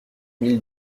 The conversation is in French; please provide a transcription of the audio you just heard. mille